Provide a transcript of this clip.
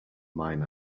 mine